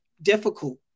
difficult